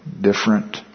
different